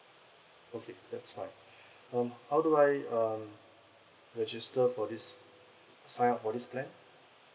okay that's fine um how do I um register for this sign up for this plan